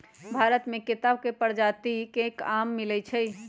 भारत मे केत्ता परजाति के आम मिलई छई